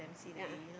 a'ah